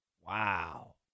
Wow